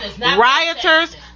rioters